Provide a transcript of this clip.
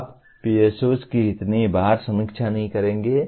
आप PSOs की इतनी बार समीक्षा नहीं करेंगे